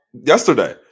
yesterday